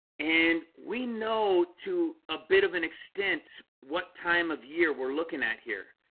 and we know to a bit of an extent. what time of year we're looking at here.